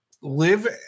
live